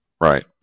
right